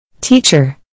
Teacher